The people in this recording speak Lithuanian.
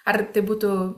ar tai būtų